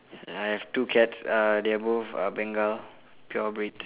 I have two cats uh they are both uh Bengal pure breeds